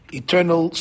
eternal